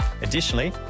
Additionally